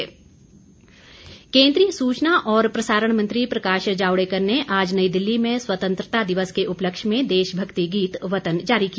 वतन गीत केन्द्रीय सूचना और प्रसारण मंत्री प्रकाश जावड़ेकर ने आज नई दिल्ली में स्वतंत्रता दिवस के उपलक्ष्य में देशभक्ति गीत वतन जारी किया